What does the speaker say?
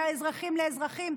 מאזרחים לאזרחים,